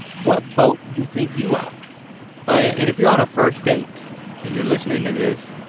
what boat you think you are. and if you're on a first date and you're listening to this,